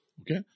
Okay